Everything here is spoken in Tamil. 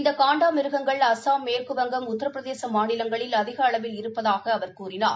இந்த காண்டா மிருகங்கங்கள் அஸ்ஸாம் மேற்குவங்கம் உத்திரபிரதேச மாநிலங்களில் அதிக அளவில் இருப்பதாக அவர் கூறினார்